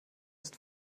ist